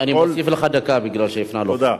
אני מוסיף לך דקה בגלל שהפרענו לך.